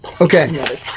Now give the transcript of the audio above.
Okay